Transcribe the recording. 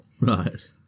right